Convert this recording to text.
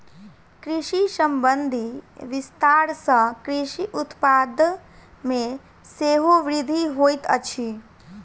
कृषि संबंधी विस्तार सॅ कृषि उत्पाद मे सेहो वृद्धि होइत अछि